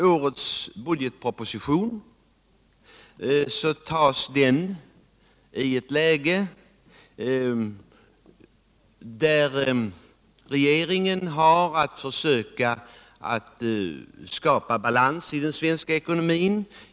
Årets budgetproposition behandlas i ett läge där regeringen har att försöka skapa balans i den svenska ekonomin.